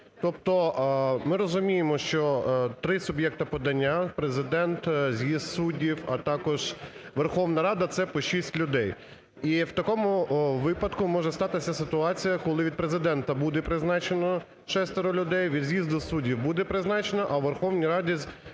Тобто ми розуміємо, що 3 суб'єкти подання Президент, з'їзд суддів, а також Верховна Рада – це по 6 людей. У такому випадку може статися ситуація, коли від Президента буде призначено шестеро людей, від з'їзду суддів буде призначено, а у Верховній Раді з певних